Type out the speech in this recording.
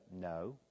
no